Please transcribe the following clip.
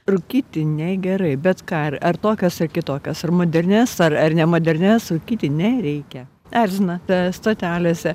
rūkyti negerai bet ką ar tokias ar kitokias ar modernias ar nemodernias rūkyti nereikia erzina stotelėse